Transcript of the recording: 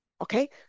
Okay